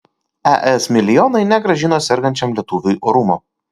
es milijonai negrąžino sergančiam lietuviui orumo